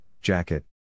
jacket